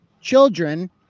children